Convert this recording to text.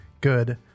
Good